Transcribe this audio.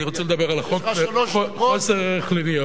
אני רוצה לדבר על החוק לחוסר ערך לניירות,